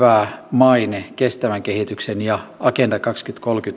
maine kestävän kehityksen ja agenda kaksituhattakolmekymmentän